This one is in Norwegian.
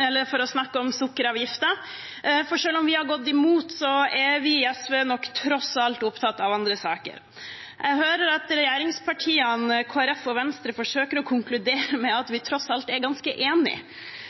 eller for å snakke om sukkeravgiften, for selv om vi har gått imot, er nok vi i SV tross alt opptatt av andre saker. Jeg hører at regjeringspartiene, Kristelig Folkeparti og Venstre forsøker å konkludere med at vi tross alt er ganske enige,